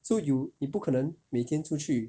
so you 你不可能每天出去